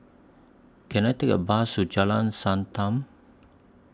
Can I Take A Bus to Jalan Sankam